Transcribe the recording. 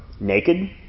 naked